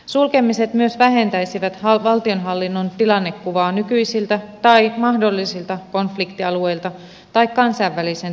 sulkemiset myös vähentäisivät valtionhallinnon tilannekuvaa nykyisiltä tai mahdollisilta konfliktialueilta tai kansainvälisen terrorismin maista